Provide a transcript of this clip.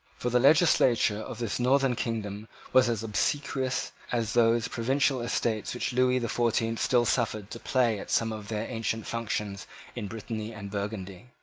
for the legislature of his northern kingdom was as obsequious as those provincial estates which lewis the fourteenth still suffered to play at some of their ancient functions in britanny and burgundy.